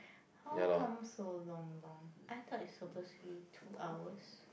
how come so long long I thought is suppose to be two hours